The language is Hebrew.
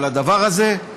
על הדבר הזה.